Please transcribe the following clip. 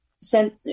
sent